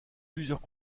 plusieurs